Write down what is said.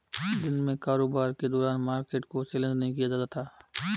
दिन में कारोबार के दौरान मार्केट को चैलेंज नहीं किया जाता